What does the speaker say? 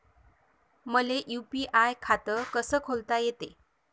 मले यू.पी.आय खातं कस खोलता येते?